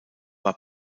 war